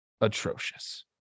atrocious